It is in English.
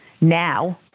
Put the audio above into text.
now